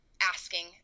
asking